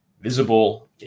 Visible